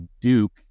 Duke